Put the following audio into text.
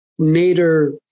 Nader